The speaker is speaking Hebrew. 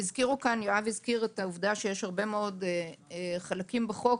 יואב הזכיר את העובדה שיש הרבה חלקים בחוק,